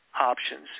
options